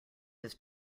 his